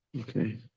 Okay